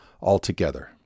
altogether